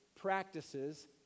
practices